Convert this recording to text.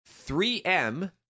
3M